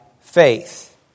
faith